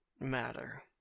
matter